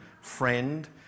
friend